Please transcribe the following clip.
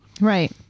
Right